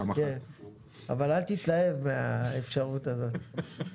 אבל אל תתלהב מהאפשרות הזאת.